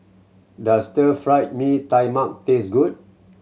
does Stir Fry Mee Tai Mak taste good